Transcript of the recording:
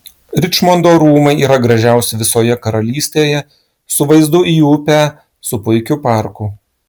ričmondo rūmai yra gražiausi visoje karalystėje su vaizdu į upę su puikiu parku